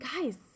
guys